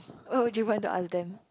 what would you want to ask them